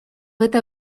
это